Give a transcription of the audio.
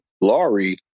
Laurie